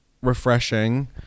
refreshing